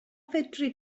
fedri